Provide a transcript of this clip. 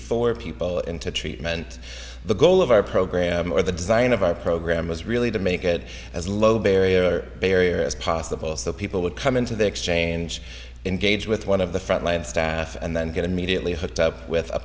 four people into treatment the goal of our program or the design of our program is really to make it as low barrier barrier as possible so people would come into the exchange engage with one of the frontline staff and then get immediately hooked up with a